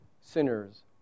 sinners